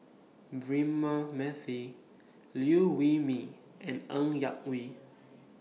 Braema Mathi Liew Wee Mee and Ng Yak Whee